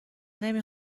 نمی